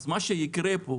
מה שיקרה פה,